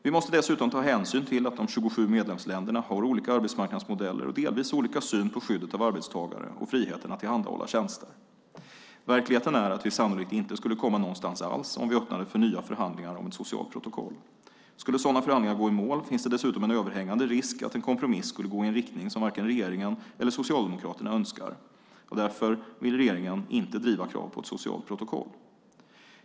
Vi måste dessutom ta hänsyn till att de 27 medlemsländerna har olika arbetsmarknadsmodeller och delvis olika syn på skyddet av arbetstagare och friheten att tillhandahålla tjänster. Verkligheten är att vi sannolikt inte skulle komma någonstans alls om vi öppnade för nya förhandlingar om ett socialt protokoll. Skulle sådana förhandlingar gå i mål finns det dessutom en överhängande risk för att en kompromiss skulle gå i en riktning som varken regeringen eller Socialdemokraterna önskar. Därför vill regeringen inte driva krav på ett socialt protokoll.